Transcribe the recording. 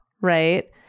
right